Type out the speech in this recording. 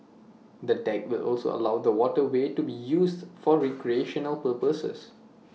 the deck will also allow the waterway to be used for recreational purposes